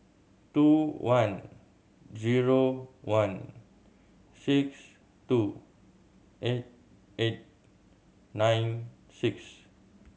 two one zero one six two eight eight nine six